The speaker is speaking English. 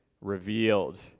revealed